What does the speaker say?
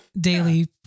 daily